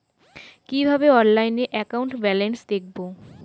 কিভাবে অনলাইনে account balance দেখবো?